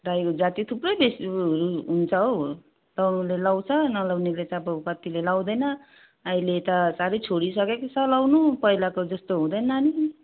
राईको जाति थुप्रै हुन्छ हौ लाउनेले लाउँछ नलाउनेले अब कतिले लाउँदैन अहिले त साह्रै छोडिसकेको लाउनु पहिलाको जस्तो हुँदैन नानी